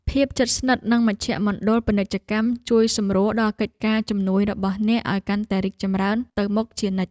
ភាពជិតស្និទ្ធនឹងមជ្ឈមណ្ឌលពាណិជ្ជកម្មជួយសម្រួលដល់កិច្ចការជំនួញរបស់អ្នកឱ្យកាន់តែរីកចម្រើនទៅមុខជានិច្ច។